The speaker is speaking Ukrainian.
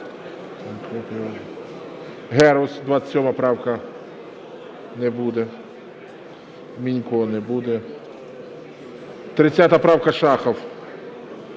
Герус, 27 правка. Не буде. Мінько – не буде. 30 правка, Шахов.